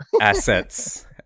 assets